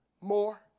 more